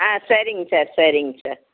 ஆ சரிங்க சார் சரிங்க சார்